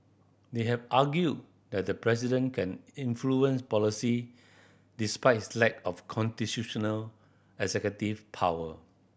they have argued that the president can influence policy despite his lack of constitutional executive power